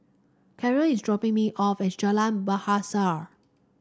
Carroll is dropping me off at Jalan Bahasa